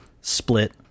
split